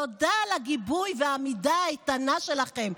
תודה על הגיבוי והעמידה האיתנה שלכם,